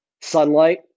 sunlight